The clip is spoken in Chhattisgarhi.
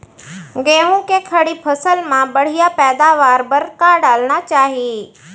गेहूँ के खड़ी फसल मा बढ़िया पैदावार बर का डालना चाही?